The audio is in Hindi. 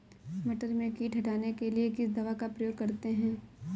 मटर में कीट हटाने के लिए किस दवा का प्रयोग करते हैं?